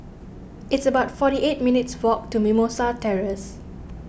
it's about forty eight minutes' walk to Mimosa Terrace